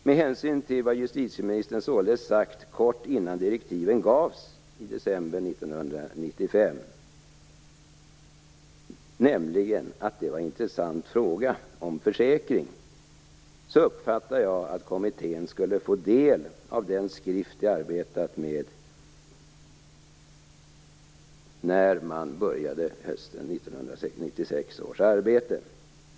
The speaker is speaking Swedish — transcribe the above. Med hänsyn till vad justitieministern sagt kort innan direktiven gavs i december 1995, nämligen att frågan om en försäkring var intressant, trodde jag att kommittén skulle få del av den skrift vi arbetat med när man började sitt arbete hösten 1996.